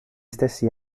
stessi